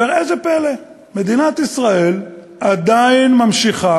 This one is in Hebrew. וראה זה פלא: מדינת ישראל עדיין ממשיכה,